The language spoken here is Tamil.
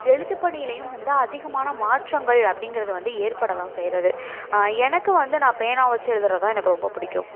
எழுத்து பணியிலேயும் வந்து அதிகமான மாற்றங்கள் அப்படிங்கிறது வந்து ஏற்பட தான் செய்கிறது எனக்கு வந்து நான் பேனா வச்சு எழுதுவது தான் எனக்கு ரொம்ப பிடிக்கும்